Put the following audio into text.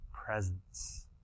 presence